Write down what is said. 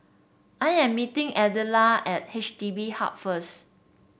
I am meeting Adela at H D B Hub first